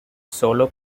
solo